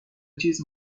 چیز